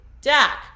Dak